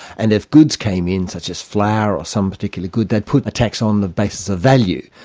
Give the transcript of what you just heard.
and if goods came in such as flour or some particular good, they'd put a tax on the basis of value.